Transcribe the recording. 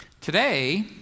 Today